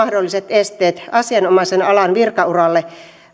esteet asianomaisen alan virkauralle